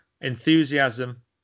enthusiasm